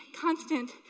constant